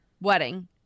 wedding